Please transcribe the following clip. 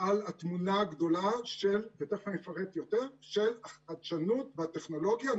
על התמונה הגדולה של ותכף אני אפרט יותר החדשנות והטכנולוגיה.